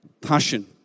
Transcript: passion